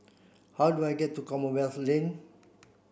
how do I get to Commonwealth Lane